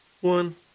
One